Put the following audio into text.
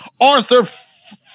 Arthur